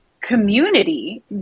community